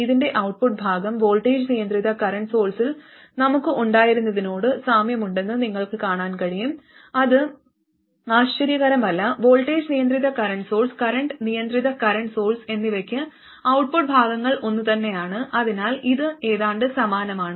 ഇതിന്റെ ഔട്ട്പുട്ട് ഭാഗം വോൾട്ടേജ് നിയന്ത്രിത കറന്റ് സോഴ്സിൽ നമുക്ക് ഉണ്ടായിരുന്നതിനോട് സാമ്യമുണ്ടെന്ന് നിങ്ങൾക്ക് കാണാൻ കഴിയും അത് ആശ്ചര്യകരമല്ല വോൾട്ടേജ് നിയന്ത്രിത കറന്റ് സോഴ്സ് കറന്റ് നിയന്ത്രിത കറന്റ് സോഴ്സ് എന്നിവക്ക് ഔട്ട്പുട്ട് ഭാഗങ്ങൾ ഒന്നുതന്നെയാണ് അതിനാൽ ഇത് ഏതാണ്ട് സമാനമാണ്